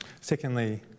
Secondly